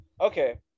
Okay